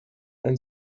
and